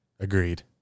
Agreed